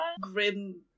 Grim